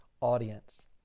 audience